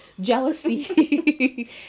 jealousy